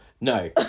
no